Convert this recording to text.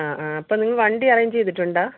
അ ആ അപ്പം നിങ്ങള് വണ്ടി അറേഞ്ച് ചെയ്തിട്ടുണ്ടോ